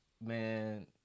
Man